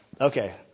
Okay